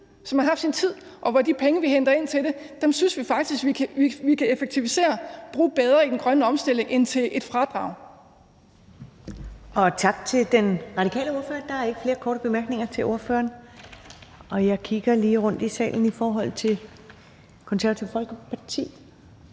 som har haft sin tid – og hvor de penge, vi henter ind ved at gøre det, faktisk kan, synes vi, effektiviseres og bruges bedre i den grønne omstilling end til et fradrag.